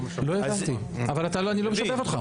לא הבנתי, אבל אני לא משבב אותך.